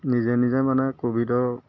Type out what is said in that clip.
নিজে নিজে মানে ক'ভিডৰ